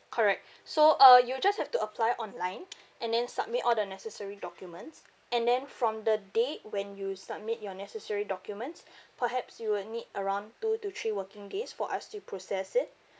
correct so uh you'll just have to apply online and then submit all the necessary documents and then from the date when you submit your necessary documents perhaps you will need around two to three working days for us to process it